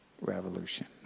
Revolution